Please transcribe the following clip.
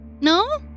No